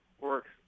works